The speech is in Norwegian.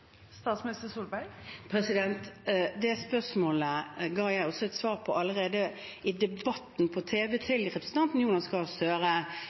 Det spørsmålet ga jeg et svar på allerede i Debatten på tv til representanten Jonas Gahr Støre,